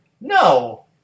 No